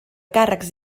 càrrecs